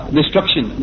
destruction